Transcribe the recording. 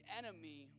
enemy